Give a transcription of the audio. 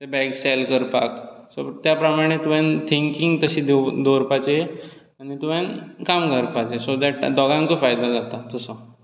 bag sell करपाक त्या प्रमाणें तुवें थिंकींग तशी दवरपाचें की तुवें काम करपाचें सो डेट दोगांकूय फायदो जाता तसो